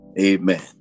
Amen